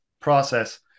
process